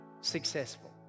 successful